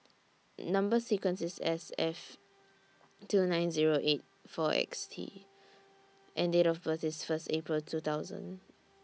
Number sequence IS S F two nine eight four six T and Date of birth IS First April two thousand